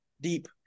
deep